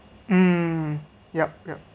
um yup yup